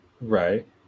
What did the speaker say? right